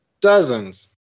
Dozens